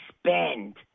spend